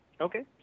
Okay